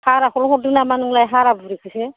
हाराखौल' हरदों नामा नोंलाय हारा बुरिखौसो